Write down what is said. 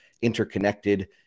interconnected